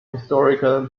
historian